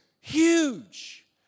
huge